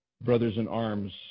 brothers-in-arms